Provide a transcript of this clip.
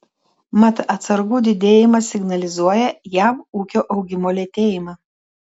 mat atsargų didėjimas signalizuoja jav ūkio augimo lėtėjimą